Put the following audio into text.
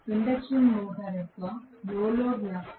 induction motor యొక్కనో load నష్టం